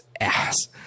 ass